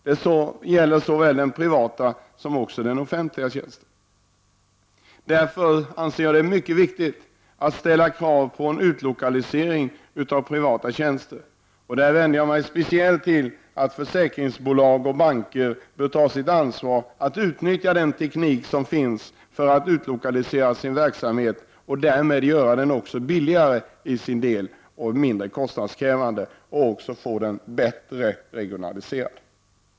Det gäller såväl privata som offentliga tjänster. Jag anser därför att det är mycket viktigt att ställa krav på utlokalisering av privata tjänster. Speciellt försäkringsbolag och banker bör ta sitt ansvar och utnyttja den teknik som finns för att utlokalisera sin verksamhet. Därmed kan de också till viss del göra den billigare, mindre kostnadskrävande, och också få den bättre regionaliserad.